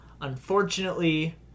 Unfortunately